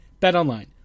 BetOnline